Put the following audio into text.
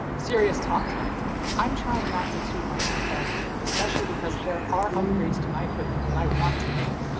serious talk time i'm trying not to toot my own horn here, especially because there are upgrades to my equipment that i want to make,